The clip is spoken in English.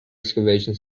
excavation